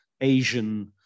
Asian